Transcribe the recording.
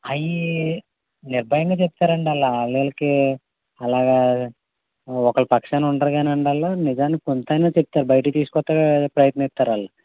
అయి నిర్భయంగా చెప్తారండి వాళ్ళు వాళ్ళకి అలాగా ఒకరి పక్షాన ఉండరుగానండాళ్ళు నిజాన్ని కొంతయినా చెప్తారు బయటికి తీసుకొస్తాకి ప్రయత్నిస్తారాళ్ళు